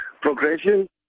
progression